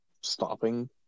stopping